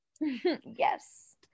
yes